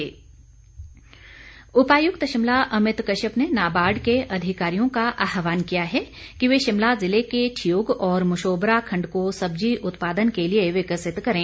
DC Shimla उपायुक्त शिमला अमित कश्यप ने नाबार्ड के अधिकारियों का आहवान किया है कि वे शिमला जिले के ठियोग और मशोबरा खण्ड को सब्जी उत्पादन के लिए विकसित करें